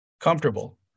Comfortable